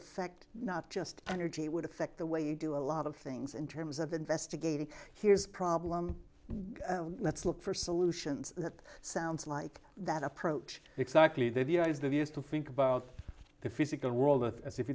affect not just energy would affect the way you do a lot of things in terms of investigating here's problem let's look for solutions that sounds like that approach exactly the idea is that used to think about the physical world earth as if